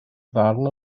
ddarn